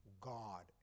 God